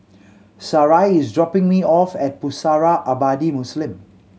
Sarai is dropping me off at Pusara Abadi Muslim